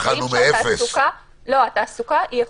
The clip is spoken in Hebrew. רואים שהתעסוקה היא איכותית.